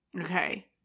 Okay